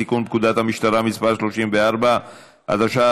44 בעד,